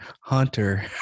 hunter